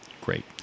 Great